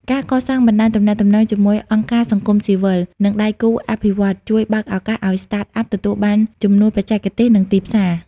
ការកសាងបណ្ដាញទំនាក់ទំនងជាមួយអង្គការសង្គមស៊ីវិល និងដៃគូអភិវឌ្ឍន៍ ជួយបើកឱកាសឱ្យ Startup ទទួលបានជំនួយបច្ចេកទេស និងទីផ្សារ។